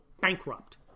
bankrupt